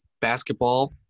basketball